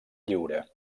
lliure